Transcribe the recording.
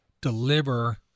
deliver